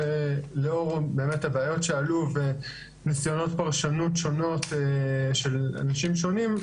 לאור באמת הבעיות שעלו וניסיונות פרשנות שונות של אנשים שונים,